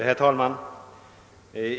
Herr talman!